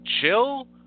chill